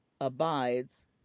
abides